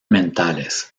mentales